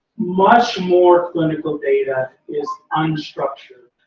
much more clinical data is unstructured.